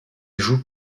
joue